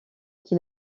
qui